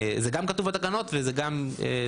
זה גם כתוב בתקנות וזו גם זכותם.